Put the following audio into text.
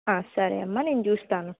సరే అమ్మా నేను చూస్తాను